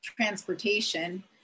transportation